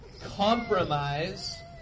Compromise